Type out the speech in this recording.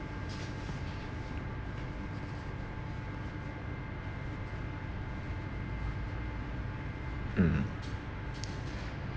mm